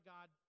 God